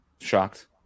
shocked